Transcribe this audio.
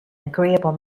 agreeable